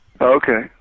Okay